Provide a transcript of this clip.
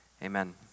Amen